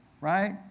right